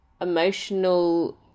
emotional